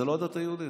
זה לא הדת היהודית.